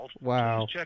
Wow